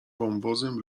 wąwozem